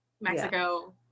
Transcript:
Mexico